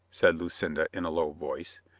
said lucinda in a low voice,